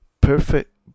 perfect